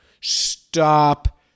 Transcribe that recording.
Stop